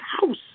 house